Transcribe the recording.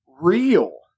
real